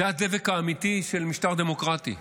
זה הדבק האמיתי של משטר דמוקרטי.